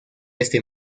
este